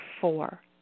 four